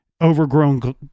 overgrown